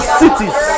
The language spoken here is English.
cities